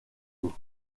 vous